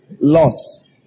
loss